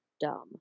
dumb